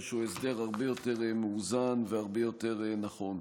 הסדר הרבה יותר מאוזן והרבה יותר נכון.